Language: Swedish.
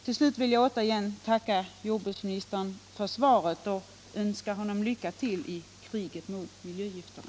Till slut vill jag återigen tacka jordbruksministern för svaret och jag önskar lycka till i kriget mot miljögifterna.